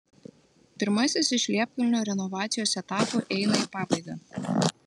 pirmasis iš liepkalnio renovacijos etapų eina į pabaigą